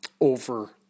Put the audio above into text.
over